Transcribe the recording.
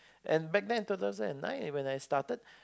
and back then in two thousand and nine when I started